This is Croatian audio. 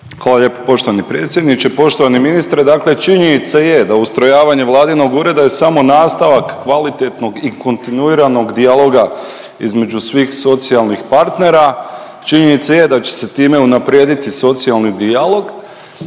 Hvala lijepa poštovani predsjedniče. Poštovani ministre, dakle činjenica je da ustrojavanje vladinog ureda je samo nastavak kvalitetnog i kontinuiranog dijaloga između svih socijalnih partnera. Činjenica je da će se time unaprijediti socijalni dijalog